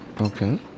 Okay